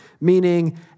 meaning